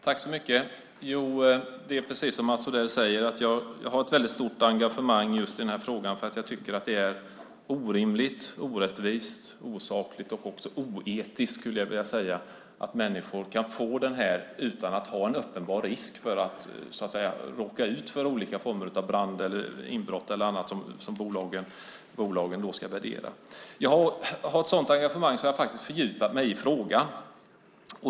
Fru talman! Det är precis som Mats Odell säger att jag har ett väldigt stort engagemang just i denna fråga eftersom jag tycker att det är orimligt, orättvist, osakligt och också oetiskt, skulle jag vilja säga, att människor kan drabbas av detta utan att det är en uppenbar risk för att de ska råka ut för brand, inbrott eller annat som bolagen ska värdera. Jag har ett sådant engagemang att jag faktiskt har fördjupat mig i frågan.